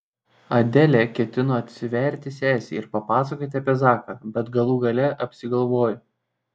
adelė ketino atsiverti sesei ir papasakoti apie zaką bet galų gale apsigalvojo